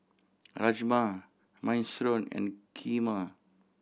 Rajma Minestrone and Kheema